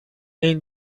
این